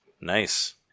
Nice